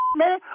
man